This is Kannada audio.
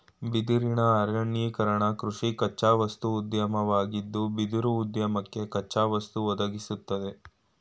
ಬಿದಿರಿನ ಅರಣ್ಯೀಕರಣಕೃಷಿ ಕಚ್ಚಾವಸ್ತು ಉದ್ಯಮವಾಗಿದ್ದು ಬಿದಿರುಉದ್ಯಮಕ್ಕೆ ಕಚ್ಚಾವಸ್ತು ಒದಗಿಸ್ತದೆ